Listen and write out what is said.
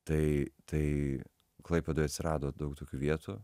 tai tai klaipėdoj atsirado daug tokių vietų